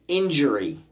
injury